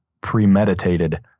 premeditated